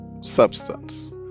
substance